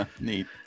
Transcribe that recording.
Neat